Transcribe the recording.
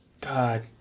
God